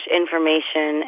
information